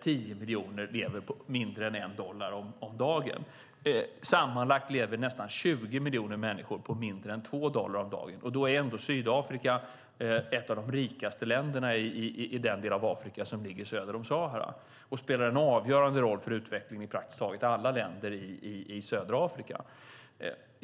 tio miljoner på mindre än 1 dollar om dagen. Sammanlagt lever nästan 20 miljoner människor på mindre än 2 dollar om dagen. Då är ändå Sydafrika ett av de rikaste länderna i den del av Afrika som ligger söder om Sahara och spelar en avgörande roll för utvecklingen i praktiskt taget alla länder i södra Afrika.